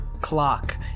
clock